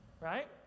right